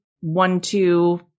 one-two